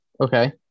Okay